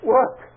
Work